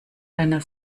deiner